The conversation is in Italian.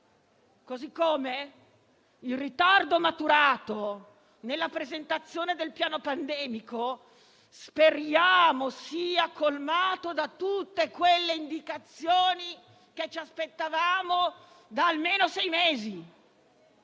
Così come il ritardo maturato nella presentazione del piano pandemico speriamo sia colmato da tutte quelle indicazioni che ci aspettavamo da almeno sei mesi.